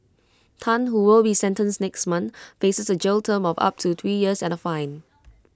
Tan who will be sentenced next month faces A jail term of up to three years and A fine